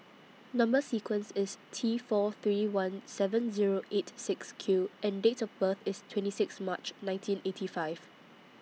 Number sequence IS T four three one seven Zero eight six Q and Date of birth IS twenty six March nineteen eighty five